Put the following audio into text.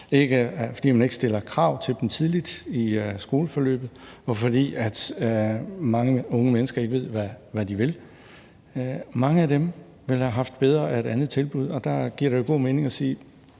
fordi man ikke stiller krav til dem tidligt i skoleforløbet, og fordi mange unge mennesker ikke ved, hvad de vil. Mange af dem ville da have haft større gavn af et andet tilbud, og der giver det god mening at sige: